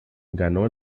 ganó